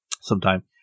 sometime